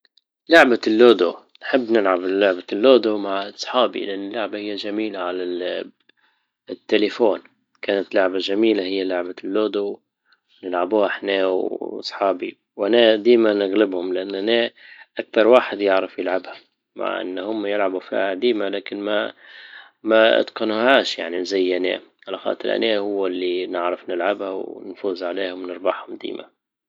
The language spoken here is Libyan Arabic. لعبة اللودو نحب نلعب لعبة اللودو مع اصحابي لان اللعبة هي جميلة على التلفون كانت لعبة جميلة هي لعبة اللودو نلعبوها احنا وصحابي وانا ديما نغلبهم لان انا اكتر واحد يعرف يلعبها مع ان هما يلعبو فيها ديما لكن ما- ما اتقنوهاش يعني على خاطر انا هو اللي نعرف نلعبها او نفوز عليها او نربحهم ديما